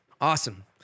Awesome